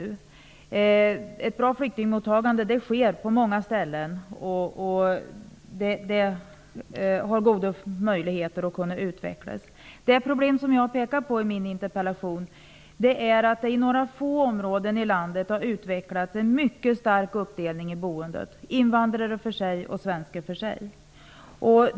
Det sker ett bra flyktingmottagande på många ställen och det har goda möjligheter att kunna utvecklas. Det problem som jag har pekat på i min interpellation är att det i några få områden i landet har utvecklats en mycket stark uppdelning i boendet, invandrare bor för sig och svenskar för sig.